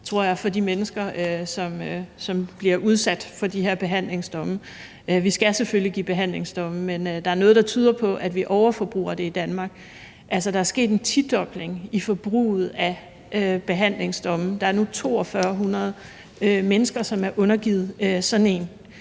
tror jeg, for de mennesker, som bliver udsat for de her behandlingsdomme. Vi skal selvfølgelig give behandlingsdomme, men der er noget, der tyder på, at vi overforbruger det i Danmark. Altså, der er sket en tidobling i forbruget af behandlingsdomme. Der er nu 4.200 mennesker, som er undergivet sådan en.